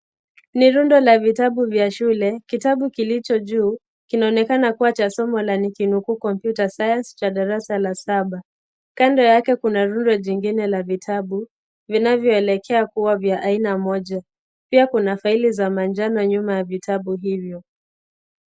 Nirundo la vitabu vya shule, kitabu kilicho juu, kinaonekana kuwa cha somo la nikinukuu Computer Science cha darasa la saba. Kando yake kuna rundo jingine la vitabu, vinavyoelekea kuwa vya aina moja. Pia kuna faili za manjano nyuma ya vitabu hivyo.